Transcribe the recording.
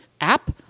app